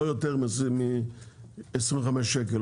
לא יותר מ-25 שקל,